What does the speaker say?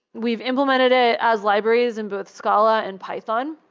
we've implemented it as libraries in both scala and python,